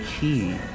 key